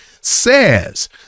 says